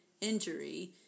injury